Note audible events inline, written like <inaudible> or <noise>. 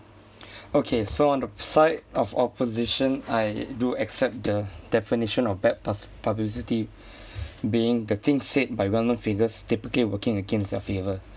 okay so on the side of opposition I do accept the definition of bad pub~ publicity <breath> being the thing said by well known figures typically working against your favour